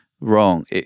wrong